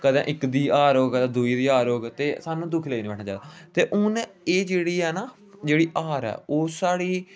कदें इक दी हार होग कदें दूए दी हार होग ते सानूं दुखी नेईं बैठना चाहिदा ते हून एह् जेह्ड़ी ऐ ना जेह्ड़ी हार ऐ ओह् साढ़ी